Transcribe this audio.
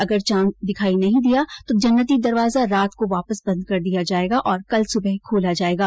अगर चांद दिखाई नहीं दिया तो जन्नती दरवाजा रात को वापस बंद कर दिया जायेगा और कल सुबह खोला जायेगा